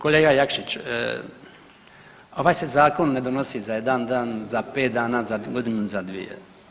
Kolega Jakšić, ovaj se zakon ne donosi za jedan dan, za pet dana, za godinu ili za dvije.